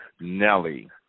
Nelly